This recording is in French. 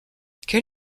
quel